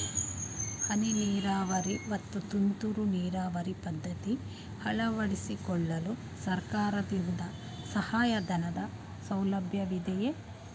ಹನಿ ನೀರಾವರಿ ಮತ್ತು ತುಂತುರು ನೀರಾವರಿ ಪದ್ಧತಿ ಅಳವಡಿಸಿಕೊಳ್ಳಲು ಸರ್ಕಾರದಿಂದ ಸಹಾಯಧನದ ಸೌಲಭ್ಯವಿದೆಯೇ?